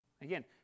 Again